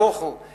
נהפוך הוא.